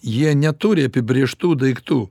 jie neturi apibrėžtų daiktų